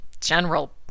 general